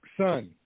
son